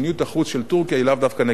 של טורקיה היא לאו דווקא נגד ישראל